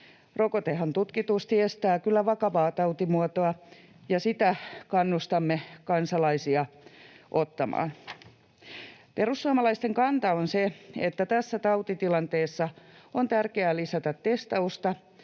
Rokotehan tutkitusti estää kyllä vakavaa tautimuotoa, ja sitä kannustamme kansalaisia ottamaan. Perussuomalaisten kanta on se, että tässä tautitilanteessa on tärkeää lisätä testausta,